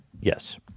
Yes